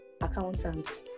accountants